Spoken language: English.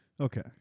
Okay